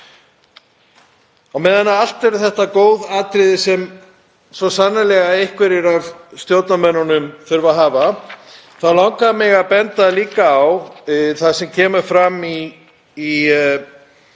Á meðan þetta eru allt góð atriði, sem svo sannarlega einhverjir af stjórnarmönnunum þurfa að hafa, þá langar mig að benda líka á það sem kemur fram í